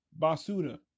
Basuda